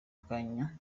kanya